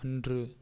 அன்று